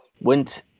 went